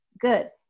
Good